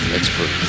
expert